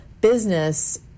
business